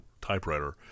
typewriter